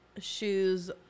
shoes